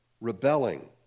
rebelling